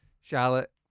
charlotte